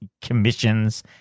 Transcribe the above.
commissions